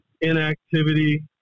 inactivity